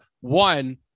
One